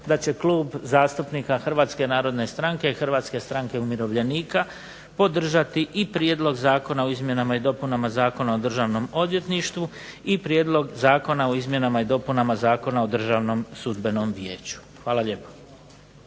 da će Klub zastupnika Hrvatske narodne stranke i Hrvatske stranke umirovljenika podržati i prijedlog Zakona o izmjenama i dopunama Zakona o Državnom odvjetništvu i Prijedlog Zakona o izmjenama i dopunama Zakona o Državnom sudbenom vijeću. Hvala lijepo.